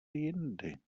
jindy